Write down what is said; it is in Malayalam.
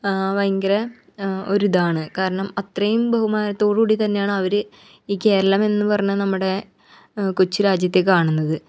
ഭയങ്കര ഒരിതാണ് കാരണം അത്രയും ബഹുമാനത്തോട് കൂടി തന്നെയാണവർ ഈ കേരളമെന്ന് പറഞ്ഞ നമ്മുടെ കൊച്ച് രാജ്യത്തെ കാണുന്നത്